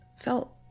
felt